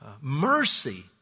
mercy